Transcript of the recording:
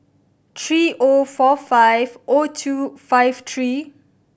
three O four five O two five three